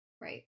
Right